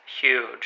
huge